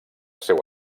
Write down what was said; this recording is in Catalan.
seu